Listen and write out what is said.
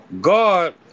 God